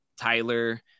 Tyler